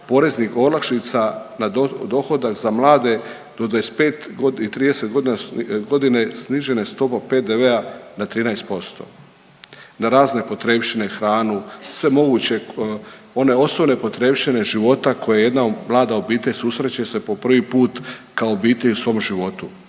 poreznih olakšica na dohodak za mlade do 25.g. i 30.g., snižena je stopa PDV-a na 13% na razne potrepštine, hranu, sve moguće one osnovne potrepštine života koje jedna mlada obitelj susreće se po prvi put kao obitelj u svom životu.